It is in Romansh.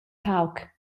pauc